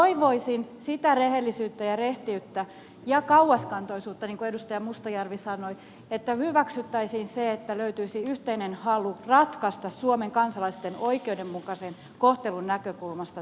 toivoisin sitä rehellisyyttä ja rehtiyttä ja kauaskantoisuutta niin kuin edustaja mustajärvi sanoi että löytyisi yhteinen halu ratkaista tämä suomen kansalaisten oikeudenmukaisen kohtelun näkökulmasta